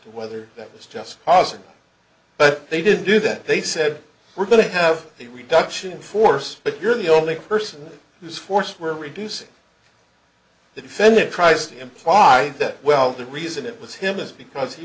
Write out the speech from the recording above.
to whether that was just possible but they didn't do that they said we're going to have a reduction in force but you're the only person who's forswear reducing the defendant tries to imply that well the reason it was him is because he